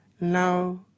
Now